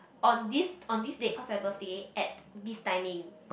on this on this date cause my birthday at this timing